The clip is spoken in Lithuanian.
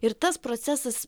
ir tas procesas